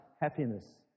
happiness